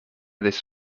this